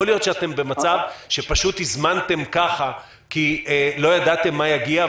יכול להיות שאתם במצב שפשוט הזמנתם ככה כי לא ידעתם מה יגיע,